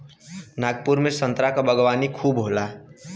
नागपुर में संतरा क बागवानी खूब होला